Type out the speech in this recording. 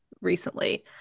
recently